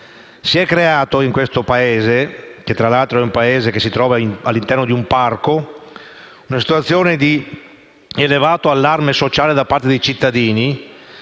Si è creata in questo Paese, che tra l'altro si trova all'interno di un parco, una situazione di elevato allarme sociale da parte dei cittadini,